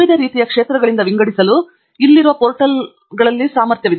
ವಿವಿಧ ರೀತಿಯ ಕ್ಷೇತ್ರಗಳಿಂದ ವಿಂಗಡಿಸಲು ಇಲ್ಲಿರುವ ಪೋರ್ಟಲ್ ಮೂಲಕ ಇಲ್ಲಿ ಸಾಮರ್ಥ್ಯವಿದೆ